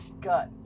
gut